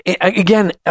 again